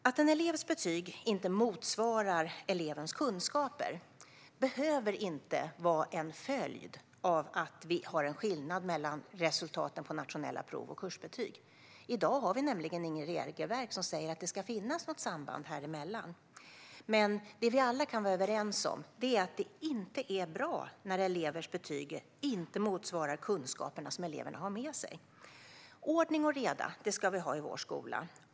Att en elevs betyg inte motsvarar elevens kunskaper behöver inte vara en följd av att det finns en skillnad mellan resultaten på nationella prov och kursbetyg. I dag har vi nämligen inget regelverk som säger att det ska finnas ett samband däremellan. Men vi kan alla vara överens om att det inte är bra när elevers betyg inte motsvarar kunskaperna som eleverna har med sig. Vi ska ha ordning och reda i vår skola.